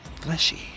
fleshy